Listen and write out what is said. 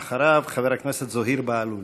אחריו, חבר הכנסת זוהיר בהלול.